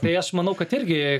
tai aš manau kad irgi